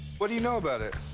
what do you know about it?